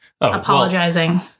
apologizing